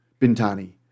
Bintani